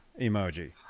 emoji